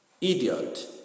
idiot